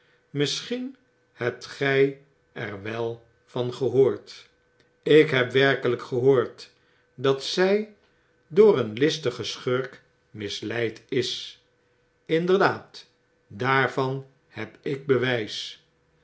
misschien hebt gy er wel van gehoord ik heb werkelyk gehoord dat zy door een listien schurk misleid is inderdaad daarvan heb ik bewys